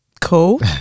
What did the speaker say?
cool